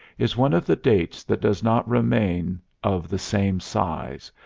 is one of the dates that does not remain of the same size,